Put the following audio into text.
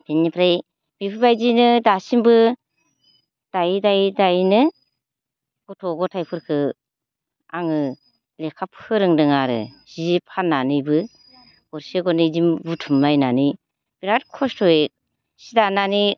बेनिफ्राय बेफोरबायदिनो दासिमबो दायै दायै दायैनो गथ' गथायफोरखौ आङो लेखा फोरोंदों आरो सि फान्नानैबो गरसे गरनै बिदि बुथुमलायनानै बिराद खस्थ'यै सि दानानै